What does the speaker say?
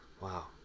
Wow